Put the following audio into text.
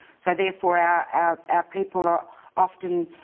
so therefore, our our people are often.